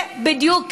זה בדיוק,